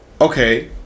okay